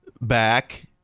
back